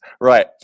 Right